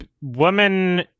woman